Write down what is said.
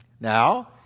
Now